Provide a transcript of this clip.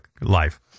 life